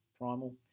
primal